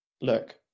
look